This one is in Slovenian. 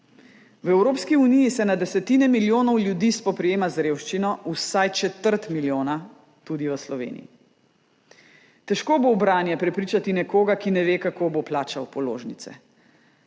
V Evropski uniji se na desetine milijonov ljudi spoprijema z revščino, vsaj četrt milijona tudi v Sloveniji. Težko bo v branje prepričati nekoga, ki ne ve, kako bo plačal položnice.